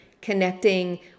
connecting